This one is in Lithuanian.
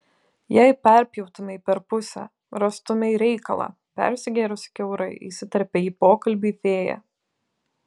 jei perpjautumei per pusę rastumei reikalą persigėrusį kiaurai įsiterpia į pokalbį fėja